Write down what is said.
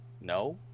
No